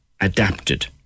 adapted